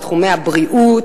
בתחומי הבריאות,